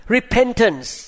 Repentance